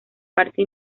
parte